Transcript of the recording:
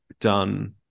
done